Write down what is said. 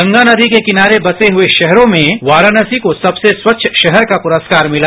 गंगा नदी के किनारे बसे हुए शहरों में वाराणसी को सबसे स्वच्छ शहर का पुरस्कार भिला